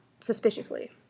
suspiciously